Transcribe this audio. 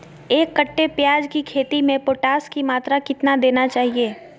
एक कट्टे प्याज की खेती में पोटास की मात्रा कितना देना चाहिए?